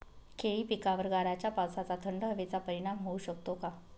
केळी पिकावर गाराच्या पावसाचा, थंड हवेचा परिणाम होऊ शकतो का?